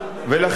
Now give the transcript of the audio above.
ולכן,